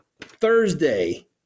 Thursday